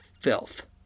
filth